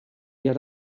get